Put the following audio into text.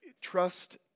trust